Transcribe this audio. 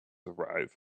arrive